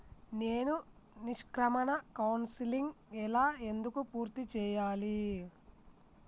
నేను నిష్క్రమణ కౌన్సెలింగ్ ఎలా ఎందుకు పూర్తి చేయాలి?